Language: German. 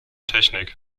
technik